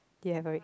you have a red